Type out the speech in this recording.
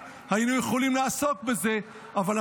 טוב,